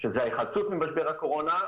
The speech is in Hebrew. ההיחלצות ממשבר הקורונה,